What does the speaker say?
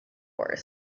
course